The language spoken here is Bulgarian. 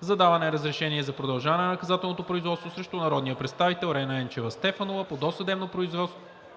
за даване разрешение за продължаване на наказателното производство срещу народния представител Рена Енчева Стефанова по досъдебно